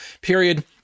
period